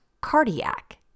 cardiac